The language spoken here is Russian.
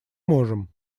можем